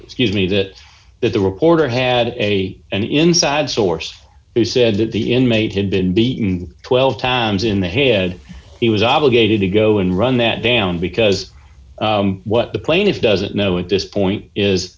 excuse me that that the reporter had a an inside source who said that the inmate had been beaten twelve towns in the head he was obligated to go and run that down because what the plaintiffs doesn't know at this point is